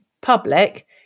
public